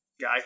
guy